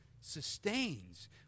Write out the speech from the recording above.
sustains